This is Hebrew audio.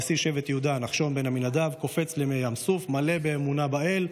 נשיא שבט יהודה נחשון בן עמינדב קופץ למי ים סוף מלא באמונה באל,